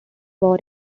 war